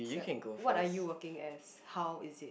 gap what are you working as how is it